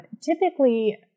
typically